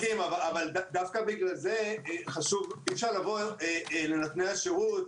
דווקא בגלל זה אי-אפשר לבוא לנותני השרות